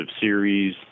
series